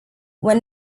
when